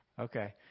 Okay